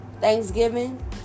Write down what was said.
thanksgiving